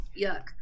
yuck